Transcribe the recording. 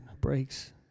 breaks